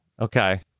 Okay